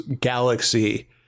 galaxy